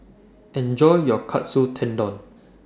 Enjoy your Katsu Tendon